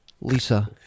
Lisa